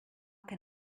can